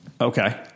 Okay